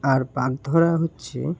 আর বাগ্ধারা হচ্ছে